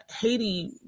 Haiti